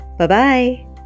Bye-bye